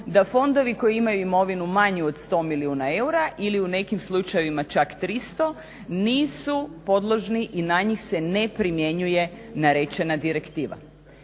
da fondovi koji imaju imovinu manju od 100 milijuna eura ili u nekim slučajevima čak 300 nisu podložni i na njih se ne primjenjuje narečena direktiva.